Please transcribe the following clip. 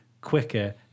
quicker